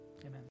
amen